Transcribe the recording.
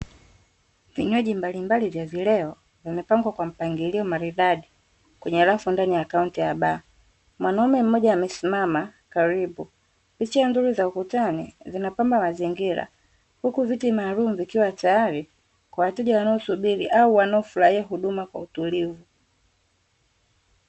Vinywaji mbalimbali vya vieleo vimepangwa kwa mpangilio maridadi kwenye rafu ndani ya kaunta ya baa, mwanaume mmoja amesimama karibu, picha nzuri za ukutani zinapamba mazingira huku viti maalum vikiwa tayari kwa wateja wanaosubiri au wanaofurahia huduma kwa utulivu .